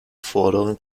vorderen